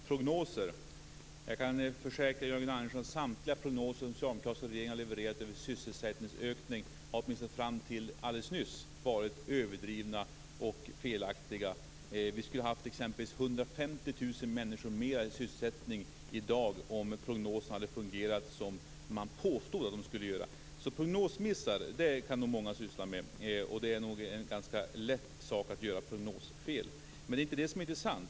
Fru talman! Jag kan försäkra Jörgen Andersson att samtliga prognoser som den socialdemokratiska regeringen har levererat över sysselsättningsökning, åtminstone fram till alldeles nyss, har varit överdrivna och felaktiga. Vi skulle ha haft 150 000 fler människor i sysselsättning i dag om prognoserna hade fungerat som man påstod att de skulle göra. Prognosmissar kan många syssla med. Det är nog lätt att göra prognosfel. Men det är inte det som är intressant.